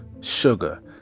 Sugar